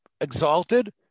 exalted